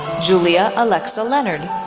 julia alexa leonard,